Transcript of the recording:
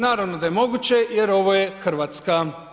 Naravno da je moguće jer ovo je Hrvatske.